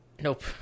Nope